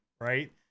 right